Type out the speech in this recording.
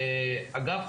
אגב,